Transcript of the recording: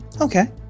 Okay